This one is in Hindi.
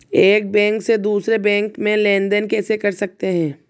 एक बैंक से दूसरे बैंक में लेनदेन कैसे कर सकते हैं?